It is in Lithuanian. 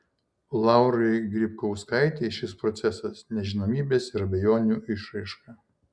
laurai grybkauskaitei šis procesas nežinomybės ir abejonių išraiška